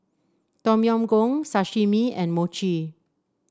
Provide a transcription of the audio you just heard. Tom Yam Goong Sashimi and Mochi